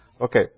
Okay